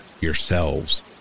yourselves